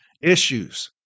issues